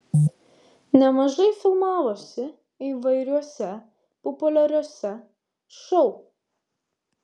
nemažai filmavosi įvairiuose populiariuose šou